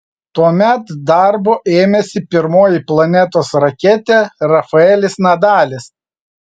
tuomet darbo ėmėsi pirmoji planetos raketė rafaelis nadalis